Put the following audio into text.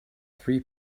three